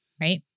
Right